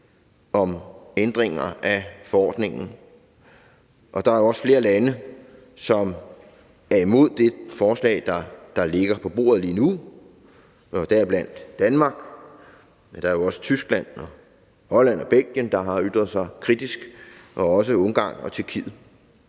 om ændringer af forordningen. Der er også flere lande, som er imod det forslag, der ligger på bordet lige nu, deriblandt Danmark – men der er jo også Tyskland, Holland og Belgien, der har ytret sig kritisk, og også Ungarn og Tyrkiet.